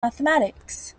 mathematics